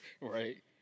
Right